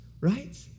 right